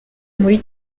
muri